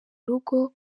rugo